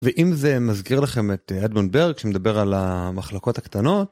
ואם זה מזכיר לכם את אדמונד ברג שמדבר על המחלקות הקטנות.